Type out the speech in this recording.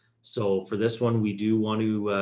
so for this one, we do want to,